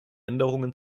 änderungen